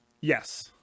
Yes